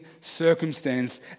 circumstance